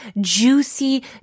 juicy